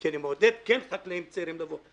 כי אני מעודד כן חקלאים צעירים לבוא.